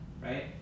right